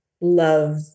love